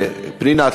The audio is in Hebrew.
פנינה,